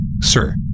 Sir